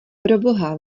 proboha